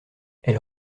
elle